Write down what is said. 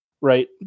right